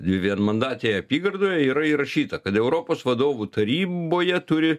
vienmandatėj apygardoj yra įrašyta kad europos vadovų taryboje turi